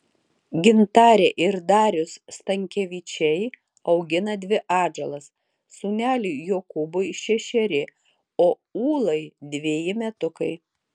gintarė ir darius stankevičiai augina dvi atžalas sūneliui jokūbui šešeri o ūlai dveji metukai